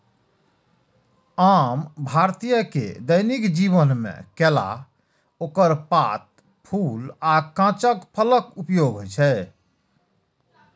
आम भारतीय के दैनिक जीवन मे केला, ओकर पात, फूल आ कांच फलक उपयोग होइ छै